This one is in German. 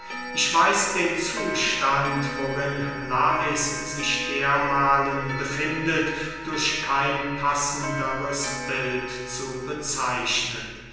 ich weiß den zustand worin lais sich dermahlen befindet durch kein passenderes bild zu bezeichnen